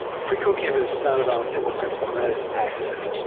freecodecamp is founded on a single principle, and that is access.